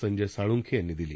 संजय साळंखे यांनी दिली